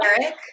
eric